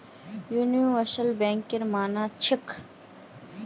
universal banker की मानना छ